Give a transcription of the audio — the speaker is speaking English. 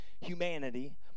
humanity